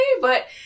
but-